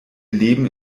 leben